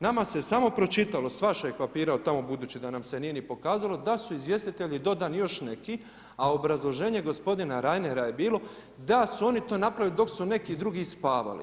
Nama se samo pročitalo s vašeg papira budući da nam se nije ni pokazalo, da su izvjestitelji dodani još neki, a obrazloženje gospodina Reinera je bilo da su oni to napravili dok su neki drugi spavali.